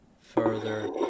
Further